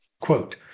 quote